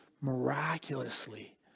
miraculously